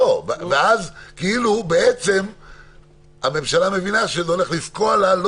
ואז בעצם הממשלה מבינה שזה לא הולך לפקוע לה לא